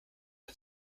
der